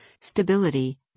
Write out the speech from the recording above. stability